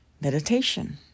meditation